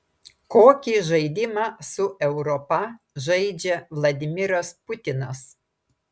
kokį žaidimą su europa žaidžia vladimiras putinas